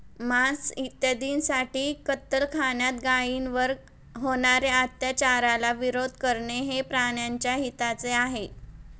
मांस इत्यादींसाठी कत्तलखान्यात गायींवर होणार्या अत्याचाराला विरोध करणे हे प्राण्याच्या हिताचे आहे